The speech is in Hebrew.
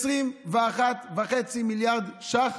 21.5 מיליארד ש"ח